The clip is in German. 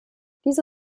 diese